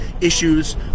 issues